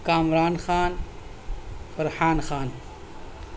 Kamran Khan Farhan Khan